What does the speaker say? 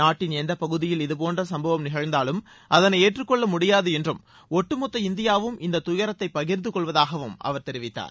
நாட்டின் எந்தப் பகுதியில் இதபோன்ற சும்பவம் நிகழ்ந்தாலும் அதனை ஏற்றுக் கொள்ள முடியாது என்றும் ஒட்டுமொத்த இந்தியாவும் இந்த துயரத்தை பகிர்ந்து கொள்வதாகவும் அவர் தெரிவித்தார்